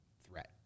threat